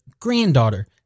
Granddaughter